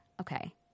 okay